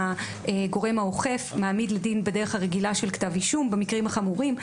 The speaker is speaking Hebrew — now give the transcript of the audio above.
הגורם האוכף מעמיד לדין בדרך הרגילה של כתב אישום במקרים החמורים,